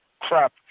crap